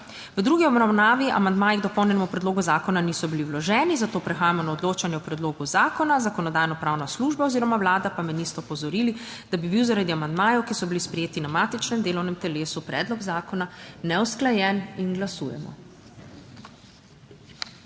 V drugi obravnavi amandmaji k dopolnjenemu predlogu zakona niso bili vloženi, zato prehajamo na odločanje o predlogu zakona. Zakonodajno-pravna služba oziroma Vlada pa me nista opozorili, da bi bil zaradi amandmajev, ki so bili sprejeti na matičnem delovnem telesu, predlog zakona neusklajen. Glasujemo.